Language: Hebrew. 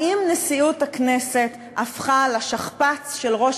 האם נשיאות הכנסת הפכה לשכפ"ץ של ראש